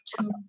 two